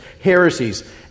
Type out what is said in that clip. heresies